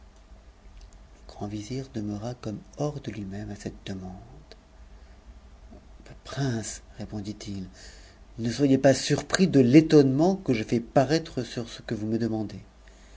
le grand vizir demeura comme hors de lui-même à cette demaude prince répondit-il ne soyez pas surpris de l'étonnement que je fais paraître sur ce que vous me demandez